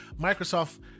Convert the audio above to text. Microsoft